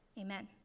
Amen